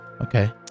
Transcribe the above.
Okay